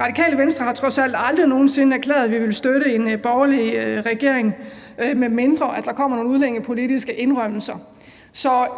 Radikale Venstre har trods alt aldrig nogen sinde erklæret, at vi ville støtte en borgerlig regering, medmindre der kommer nogle udlændingepolitiske indrømmelser.